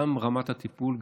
גם רמת הטיפול,